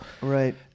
Right